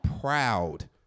proud